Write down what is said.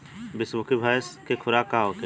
बिसुखी भैंस के खुराक का होखे?